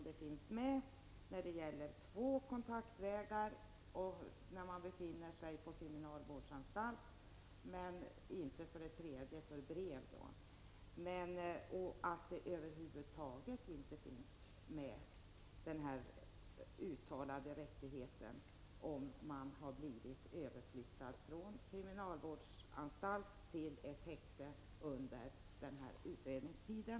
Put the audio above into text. Den finns med när det gäller två kontaktvägar och den intagne befinner sig i en kriminalvårdsanstalt men inte när det gäller den tredje vägen. Någon uttalad rättighet finns över huvud taget inte om man har blivit överflyttad från kriminalvårdsanstalt till ett häkte under utredningstiden.